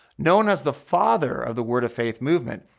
known as the father of the word of faith movement,